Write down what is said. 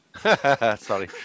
sorry